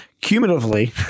cumulatively